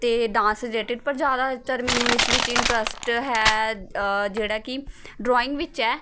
ਅਤੇ dance related ਪਰ ਜ਼ਿਆਦਾਤਰ ਮੈਨੂੰ ਇਸ ਵਿੱਚ ਇੰਟਰਸਟ ਹੈ ਜਿਹੜਾ ਕਿ ਡਰੋਇੰਗ ਵਿੱਚ ਹੈ